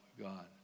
God